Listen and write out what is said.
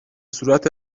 صورت